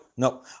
No